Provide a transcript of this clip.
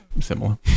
similar